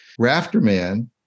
Rafterman